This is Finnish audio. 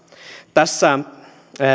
tässä